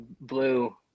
blue